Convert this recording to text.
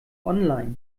online